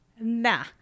Nah